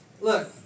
Look